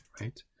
right